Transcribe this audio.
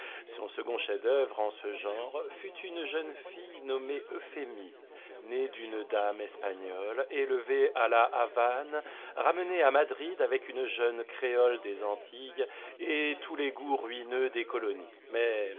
son second chef-d'œuvre en ce genre fut une jeune fille nommée euphémie née d'une dame espagnole élevée à la havane ramenée à madrid avec une jeune créole des antilles avec les goûts ruineux des colonies